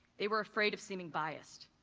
they were afraid of seeming biased.